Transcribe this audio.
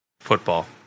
Football